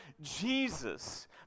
Jesus